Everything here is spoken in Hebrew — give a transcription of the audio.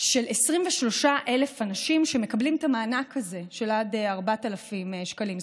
של 23,000 אנשים שמקבלים את המענק הזה של עד 4,000 שקלים,